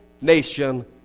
nation